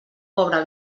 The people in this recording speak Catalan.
pobre